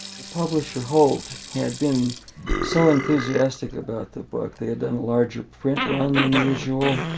the publisher holt had been so enthusiastic about the book they had done a larger print run than usual